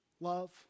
Love